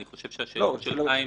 אני חושב שהשאלות שלך -- לא,